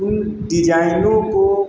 उन डिजाइनों को